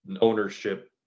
ownership